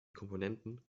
komponenten